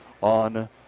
on